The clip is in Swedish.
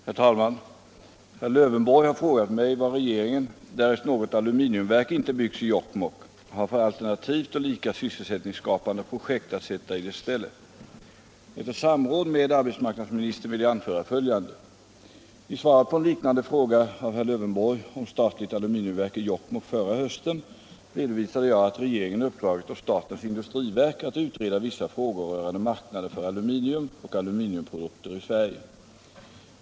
Herr talman! Herr Lövenborg har frågat mig vad regeringen — därest något aluminiumverk inte byggs i Jokkmokk — har för alternativt och lika sysselsättningsskapande projekt att sätta i dess ställe. Efter samråd med arbetsmarknadsministern vill jag anföra följande. I svaret på en liknande fråga av herr Lövenborg om statligt aluminiumverk i Jokkmokk förra hösten redovisade jag att regeringen uppdragit åt statens industriverk att utreda vissa frågor rörande marknaden för aluminium och aluminiumprodukter i Sverige.